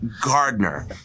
Gardner